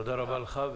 תודה רבה לך.